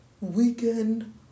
weekend